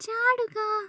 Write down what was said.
ചാടുക